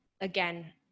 Again